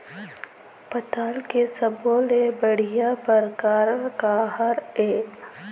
पताल के सब्बो ले बढ़िया परकार काहर ए?